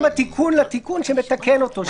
גם התיקון לתיקון שמתקן אותו,